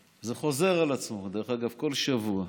זה חוזר על עצמו, דרך אגב, כל שבוע.